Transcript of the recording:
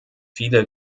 viele